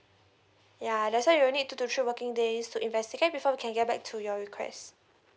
yeah that's why we'll need two working days to investigate before we can get back to your request